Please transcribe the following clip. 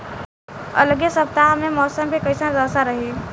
अलगे सपतआह में मौसम के कइसन दशा रही?